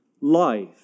life